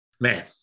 Man